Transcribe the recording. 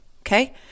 Okay